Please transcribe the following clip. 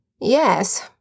Yes